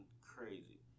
crazy